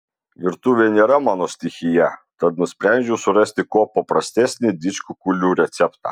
virtuvė nėra mano stichija tad nusprendžiau surasti kuo paprastesnį didžkukulių receptą